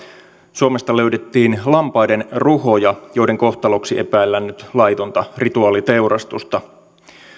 suomesta löydettiin lampaiden ruhoja joiden kohtaloksi epäillään laitonta rituaaliteurastusta